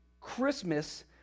Christmas